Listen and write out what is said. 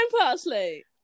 Parsley